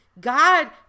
god